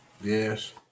Yes